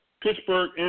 Pittsburgh